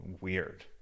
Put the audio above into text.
weird